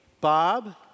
Bob